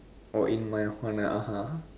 oh in my honor (uh huh)